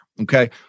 okay